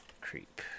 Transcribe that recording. creep